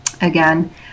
again